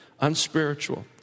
unspiritual